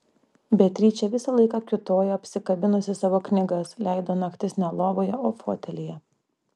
beatričė visą laiką kiūtojo apsikabinusi savo knygas leido naktis ne lovoje o fotelyje